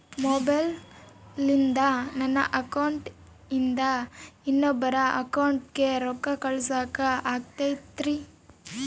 ಮೊಬೈಲಿಂದ ನನ್ನ ಅಕೌಂಟಿಂದ ಇನ್ನೊಬ್ಬರ ಅಕೌಂಟಿಗೆ ರೊಕ್ಕ ಕಳಸಾಕ ಆಗ್ತೈತ್ರಿ?